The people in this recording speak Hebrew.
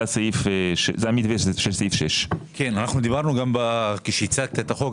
זה המתווה של סעיף 6. כשהצגת את החוק,